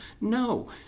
No